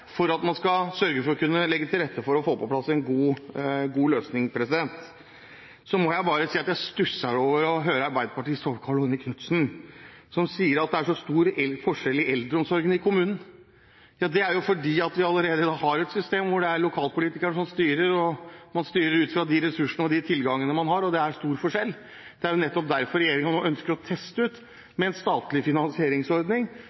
jeg si at jeg stusser over å høre Arbeiderpartiets Tove Karoline Knutsen, som sier at det er så stor forskjell på eldreomsorgen i kommunene. Det er jo fordi at vi allerede har et system hvor det er lokalpolitikerne som styrer, og man styrer ut fra de ressursene og de tilgangene man har, og det er stor forskjell. Det er nettopp derfor regjeringen nå ønsker å teste ut en statlig finansieringsordning